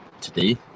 today